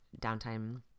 downtime